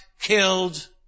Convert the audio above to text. killed